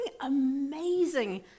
amazing